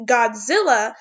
Godzilla